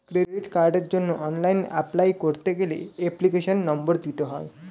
credit কার্ডের জন্য online apply করতে গেলে এপ্লিকেশনের নম্বর দিতে হয়